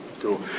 Cool